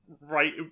right